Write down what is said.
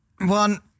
One